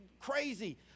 crazy